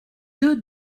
deux